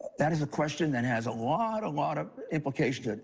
that is a question that has a lot, a lot of implications.